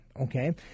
Okay